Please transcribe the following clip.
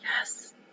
Yes